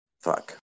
fuck